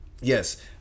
yes